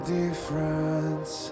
difference